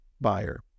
buyer